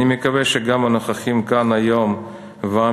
אני מקווה שגם הנוכחים כאן היום ועם